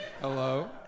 Hello